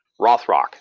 Rothrock